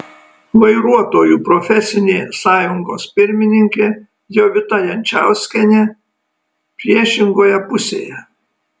vairuotojų profesinė sąjungos pirmininkė jovita jančauskienė priešingoje pusėje